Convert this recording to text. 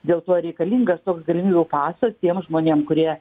dėl to ar reikalingas toks galimybių pasas tiem žmonėm kurie